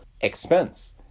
expense